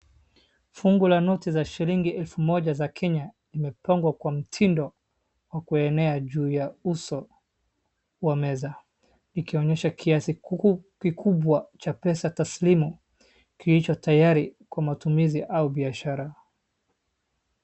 Fungu la noti za shilingi elfu moja za Kenya imepangwa kwa mtindo wa kuenea juu ya uso wa meza. Ikionyesha kiasi kikubwa cha pesa taslimu kilicho tayari kwa matumizi au biashara.